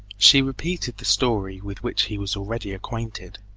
she repeated the story with which he was already acquainted.